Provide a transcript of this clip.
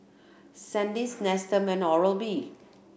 Sandisk Nestum and Oral B